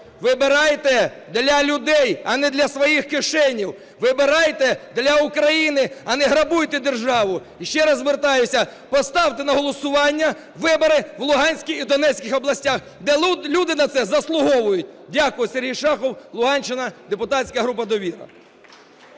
Вибирайте для людей, а не для своїх кишень! Вибирайте для України, а не грабуйте державу! Ще раз звертаюся, поставте на голосування вибори у Луганській і Донецькій областях, де люди на це заслуговують. Дякую. Сергій Шахов, Луганщина, депутатська група "Довіра".